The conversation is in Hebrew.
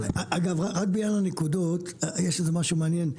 לעניין הנקודות, יש משהו מעניין.